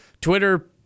Twitter